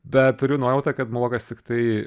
bet turiu nuojautą kad mulokas tiktai